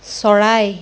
চৰাই